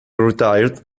retired